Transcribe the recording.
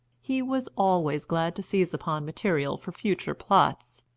he was always glad to seize upon material for future plots,